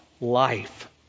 life